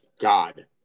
God